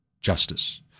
justice